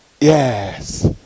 yes